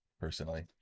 personally